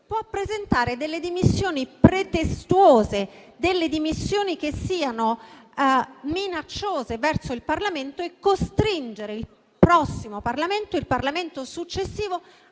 può presentare delle dimissioni pretestuose, delle dimissioni che siano minacciose verso il Parlamento e costringere il Parlamento successivo